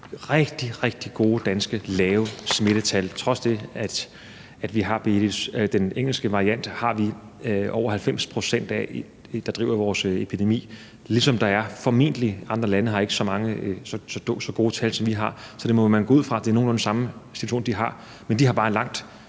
rigtig gode danske lave smittetal trods det, at den engelske variant udgør 90 pct. og driver vores epidemi, ligesom der formentlig er – andre lande har ikke så gode tal, som vi har – nogenlunde samme situation i andre lande, men de har blot langt